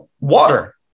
water